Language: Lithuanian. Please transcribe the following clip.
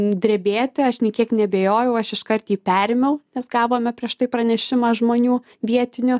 drebėti aš nė kiek neabejojau aš iškart jį perėmiau nes gavome prieš tai pranešimą žmonių vietinių